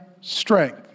strength